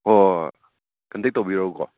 ꯍꯣꯏ ꯍꯣꯏ ꯍꯣꯏ ꯀꯟꯇꯦꯛ ꯇꯧꯕꯤꯔꯛꯎꯀꯣ